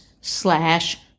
slash